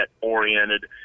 oriented